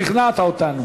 שכנעת אותנו.